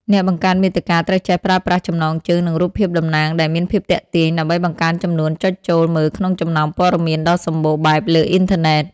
អ្នកបង្កើតមាតិកាត្រូវចេះប្រើប្រាស់ចំណងជើង និងរូបភាពតំណាង ដែលមានភាពទាក់ទាញ ដើម្បីបង្កើនចំនួនចុចចូលមើលក្នុងចំណោមព័ត៌មានដ៏សម្បូរបែបលើអ៊ីនធឺណិត។